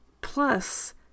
Plus